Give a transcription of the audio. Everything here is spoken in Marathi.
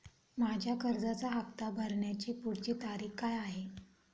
माझ्या कर्जाचा हफ्ता भरण्याची पुढची तारीख काय आहे?